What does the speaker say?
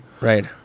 Right